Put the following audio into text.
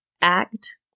act